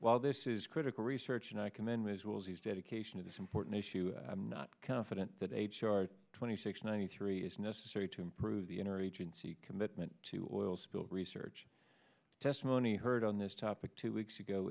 while this is critical research and i commend visuals he's dedication of this important issue i'm not confident that h r twenty six ninety three is necessary to improve the inner agency commitment to oil spill research testimony heard on this top but two weeks ago